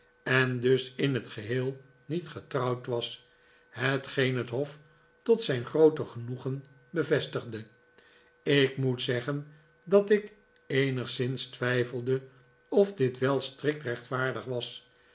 en dus in het geheel niet getrouwd was hetgeen het hof tot zijn groote genoegen bevestigde ik moet zeggen dat ik eenigszins twijfelde of dit wel strikt rechtvaardig was